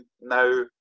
now